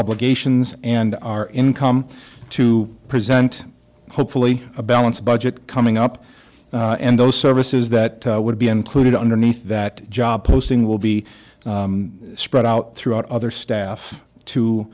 obligations and our income to present hopefully a balanced budget coming up and those services that would be included underneath that job posting will be spread out throughout other staff to